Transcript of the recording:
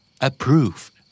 Approved